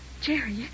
Jerry